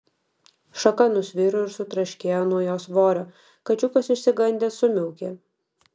šaka nusviro ir sutraškėjo nuo jo svorio kačiukas išsigandęs sumiaukė